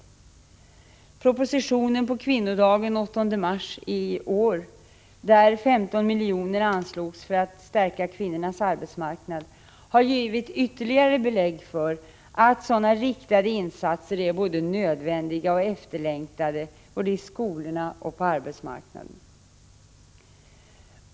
Den proposition som lades fram på kvinnodagen den 8 mars i år, där 15 miljoner anslogs för att stärka kvinnornas arbetsmarknad, har givit ytterligare belägg för att sådana riktade insatser är nödvändiga och efterlängtade både i skolorna och på arbetsmarknaden.